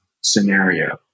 scenario